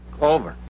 over